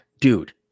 dude